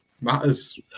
matters